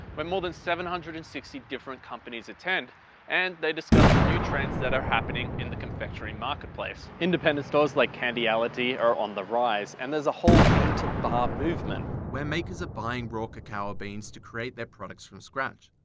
where more than seven hundred and sixty different companies attended and they discuss the new trends that are happening in the confectionary market place. independent stores, like candyality, are on the rise and there is a whole bean to bar movement. where makers are buying raw cacao beans to create their products from scratch.